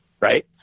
right